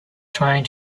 trying